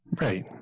Right